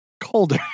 colder